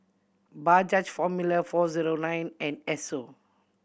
Bajaj Formula Four Zero Nine and Esso